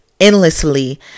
endlessly